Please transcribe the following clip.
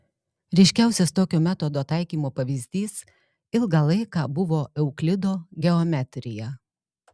ryškiausias tokio metodo taikymo pavyzdys ilgą laiką buvo euklido geometrija